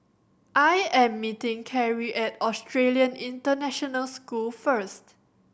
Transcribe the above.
I am meeting Karrie at Australian International School first